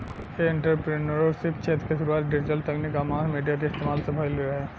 इ एंटरप्रेन्योरशिप क्षेत्र के शुरुआत डिजिटल तकनीक आ मास मीडिया के इस्तमाल से भईल रहे